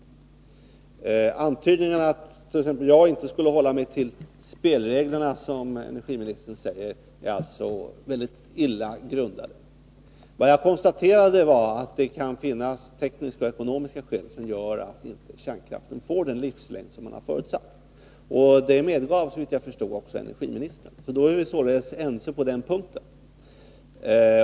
De antydningar som energiministern gör om attt.ex. jag inte skulle hålla mig till spelreglerna är alltså mycket illa grundade. Vad jag konstaterade var att det kan finnas tekniska och ekonomiska skäl som gör att kärnkraften inte får den livslängd som man har förutsatt. Det medgav, såvitt jag förstod, också energiministern. Då är vi således ense på den punkten.